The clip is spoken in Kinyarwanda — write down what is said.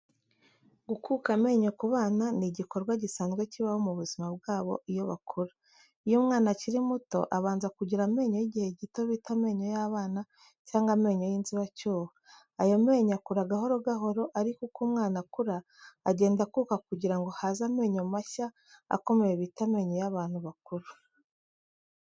Gukuka amenyo ku bana ni igikorwa gisanzwe kibaho mu buzima bwabo iyo bakura. Iyo umwana akiri muto, abanza kugira amenyo y’igihe gito bita amenyo y’abana cyangwa amenyo y’inzibacyuho. Ayo menyo akura gahoro gahoro, ariko uko umwana akura, agenda akuka kugira ngo haze amenyo mashya akomeye bita amenyo y’abantu bakuru.